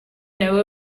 know